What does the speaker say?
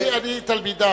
לא, אני תלמידם.